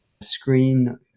screen